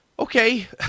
Okay